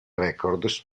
records